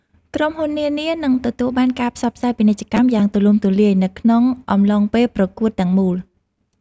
ក្រុមហ៊ុននានានឹងទទួលបានការផ្សព្វផ្សាយពាណិជ្ជកម្មយ៉ាងទូលំទូលាយនៅក្នុងអំឡុងពេលប្រកួតទាំងមូល។